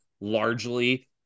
largely